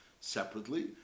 separately